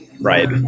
Right